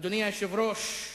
אדוני היושב-ראש,